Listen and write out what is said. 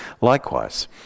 Likewise